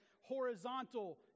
horizontal